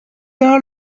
all